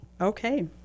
Okay